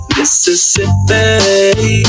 Mississippi